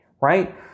right